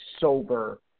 sober